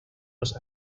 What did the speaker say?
los